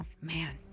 man